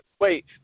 Wait